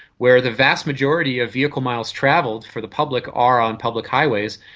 where the vast majority of vehicle miles travelled for the public are on public highways,